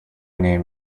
name